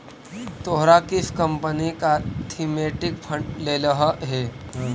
तोहरा किस कंपनी का थीमेटिक फंड लेलह हे